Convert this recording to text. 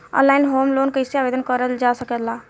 Online home loan कैसे आवेदन करल जा ला?